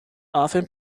often